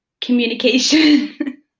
communication